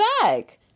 back